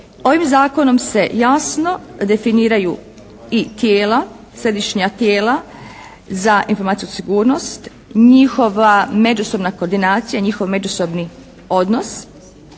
ovim zakonom se jasno definiraju i tijela, središnja tijela za informacijsku sigurnost, njihova međusobna koordinacija i njihov međusobni odnos,